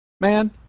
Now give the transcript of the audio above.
man